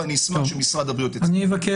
ואני אשמח שמשרד הבריאות יתייחס.